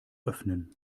öffnen